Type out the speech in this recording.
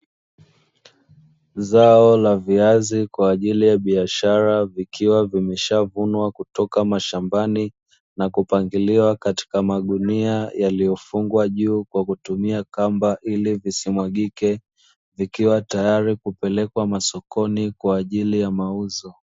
Zao la viazi kwa ajili ya biashara vikiwa vimeshavunwa kutoka mashambani na kupangiliwa katika magunia yaliyofungwa juu kwa kutumia kamba ili visimwagike, vikiwa tayari kupelekwa masokoni kwa ajili ya mauzo.